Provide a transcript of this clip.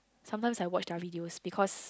sometimes I watch their videos because